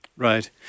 Right